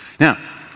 Now